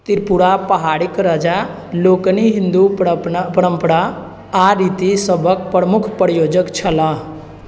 त्रिपुरा पहाड़ीक राजा लोकनि हिन्दू परम्परा आ रीति सभक प्रमुख प्रयोजक छलाह